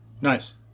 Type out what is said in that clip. Nice